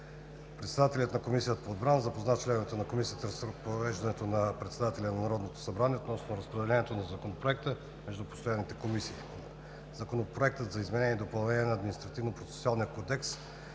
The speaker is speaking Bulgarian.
Председателят на Комисията по отбрана запозна членовете на комисията с разпореждането на Председателя на Народното събрание относно разпределението на Законопроекта между постоянните комисии. Законопроектът за изменение и допълнение на Административнопроцесуалния кодекс